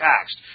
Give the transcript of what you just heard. taxed